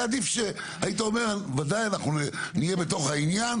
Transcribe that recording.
היה עדיף שהיית אומר בוודאי אנחנו נהיה בתוך העניין,